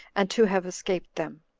and to have escaped them